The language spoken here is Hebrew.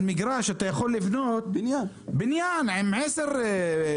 על מגרש אתה יכול לבנות בניין עם עשר קומות.